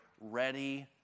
ready